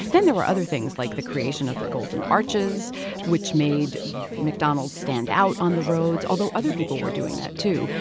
there were other things like the creation of the golden arches which made mcdonald's stand out on the roads, although other people were doing that too.